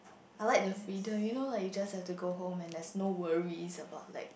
I like the freedom you know like you just have to go home and there's no worries about like